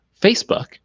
facebook